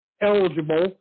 eligible